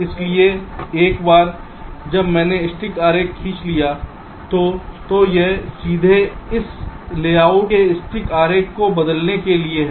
इसलिए एक बार जब मैंने स्टिक आरेख खींच लिया है तो यह सीधे इस लेआउट में स्टिक आरेख को बदलने के लिए है